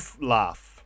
laugh